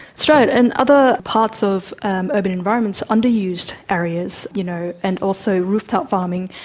that's right, and other parts of urban environments, under-used areas, you know, and also rooftop farming,